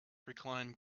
reclined